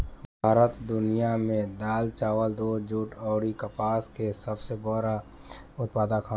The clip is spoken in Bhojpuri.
भारत दुनिया में दाल चावल दूध जूट आउर कपास के सबसे बड़ उत्पादक ह